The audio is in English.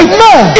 Amen